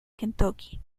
kentucky